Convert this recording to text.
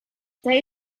they